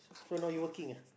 so now you working ah